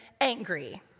angry